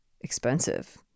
expensive